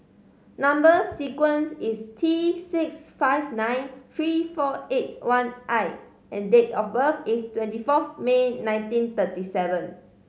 number sequence is T six five nine three four eight one I and date of birth is twenty forth May nineteen thirty seven